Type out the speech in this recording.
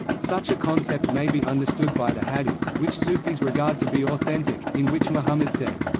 such a concept may be understood by the hadith, which sufis regard to be authentic, in which muhammad said,